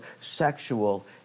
sexual